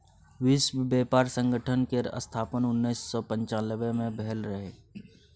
विश्व बेपार संगठन केर स्थापन उन्नैस सय पनचानबे मे भेल रहय